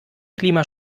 klima